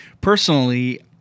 personally